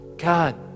God